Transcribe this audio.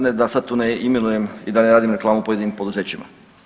Ne da sad tu imenujem i da ne radim reklamu pojedinim poduzećima.